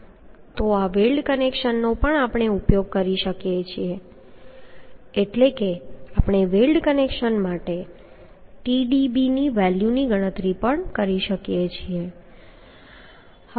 તો આ વેલ્ડ કનેક્શનનો પણ આપણે ઉપયોગ કરી શકીએ છીએ એટલે કે આપણે વેલ્ડ કનેક્શન માટે Tdb વેલ્યુની પણ ગણતરી કરી શકીએ છીએ